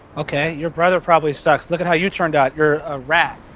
okay, your brother probably sucks. look at how you turned out, you're a rat.